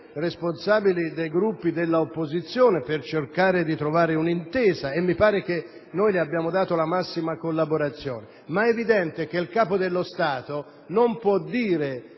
responsabili dei Gruppi dell'opposizione, per cercare di trovare un'intesa e mi pare che gli abbiamo dato la massima collaborazione. Ma è evidente che il Capo dello Stato non può